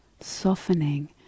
softening